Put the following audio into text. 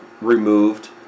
removed